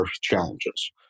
challenges